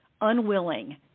unwilling